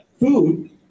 food